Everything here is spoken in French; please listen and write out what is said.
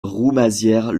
roumazières